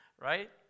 right